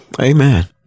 Amen